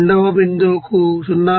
రెండవ బిందువుకు 0